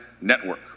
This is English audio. network